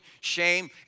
shame